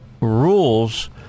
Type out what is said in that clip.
rules